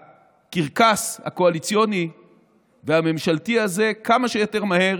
הקרקס הקואליציוני והממשלתי הזה כמה שיותר מהר